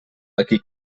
aquí